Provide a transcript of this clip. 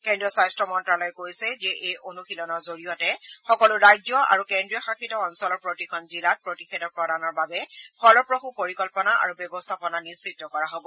কেন্দ্ৰীয় স্বাস্থ্য মন্ত্ৰ্যালয়ে কৈছে যে এই অনুশীলনৰ জৰিয়তে সকলো ৰাজ্য আৰু কেন্দ্ৰীয় শাসিত অঞ্চলৰ প্ৰতিখন জিলাত প্ৰতিষেধক প্ৰদানৰ বাবে ফলপ্ৰসূ পৰিকল্পনা আৰু ব্যৱস্থাপনা নিশ্চিত কৰা হ'ব